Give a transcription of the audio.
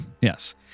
Yes